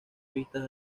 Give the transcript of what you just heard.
vistas